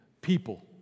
people